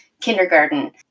kindergarten